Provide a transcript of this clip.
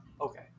Okay